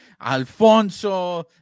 Alfonso